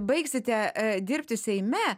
baigsite dirbti seime